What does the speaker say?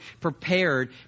prepared